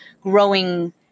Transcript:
growing